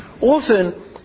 often